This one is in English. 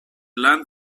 land